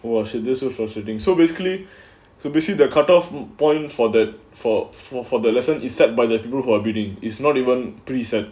!wah! should this associating so basically so basically the cut off point for the for for for the lesson is set by the people who are bidding is not even present